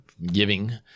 Giving